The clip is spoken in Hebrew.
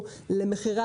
אבל הזכות הזאת,